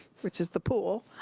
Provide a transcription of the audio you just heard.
which is the pool